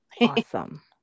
awesome